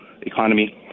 economy